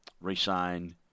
re-signed